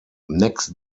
next